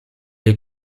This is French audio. est